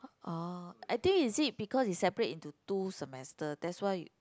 oh I think is it because is separate into two semester that's why